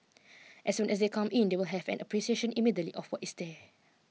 as soon as they come in they will have an appreciation immediately of what is there